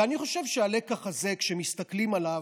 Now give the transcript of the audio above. ואני חושב שהלקח הזה, כשמסתכלים עליו,